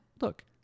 look